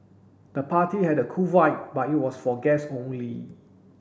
the party had a cool vibe but it was for guest only